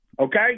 okay